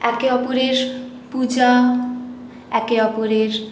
একে অপরের পূজা একে অপরের